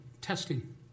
testing